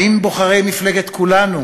האם בוחרי מפלגת כולנו